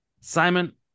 simon